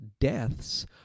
deaths